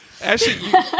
Ashley